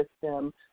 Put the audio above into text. system